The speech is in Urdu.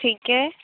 ٹھیک ہے